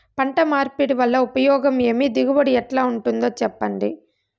పంట మార్పిడి వల్ల ఉపయోగం ఏమి దిగుబడి ఎట్లా ఉంటుందో చెప్పండి?